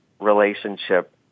relationship